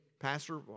Pastor